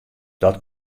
dat